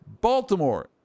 Baltimore